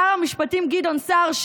שר המשפטים גדעון סער,